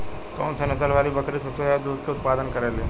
कौन से नसल वाली बकरी सबसे ज्यादा दूध क उतपादन करेली?